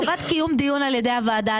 וזאת חובת קיום דיון על ידי הוועדה,